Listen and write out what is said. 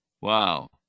Wow